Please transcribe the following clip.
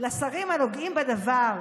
לשרים הנוגעים בדבר,